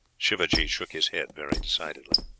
sivajee shook his head very decidedly.